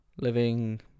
living